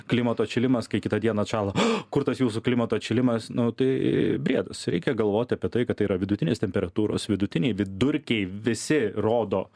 klimato atšilimas kai kitą dieną atšalo kur tas jūsų klimato atšilimas nu tai briedas reikia galvoti apie tai kad tai yra vidutinės temperatūros vidutiniai vidurkiai visi rodo